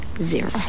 Zero